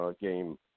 game